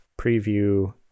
preview